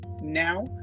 Now